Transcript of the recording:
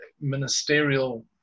ministerial